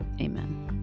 amen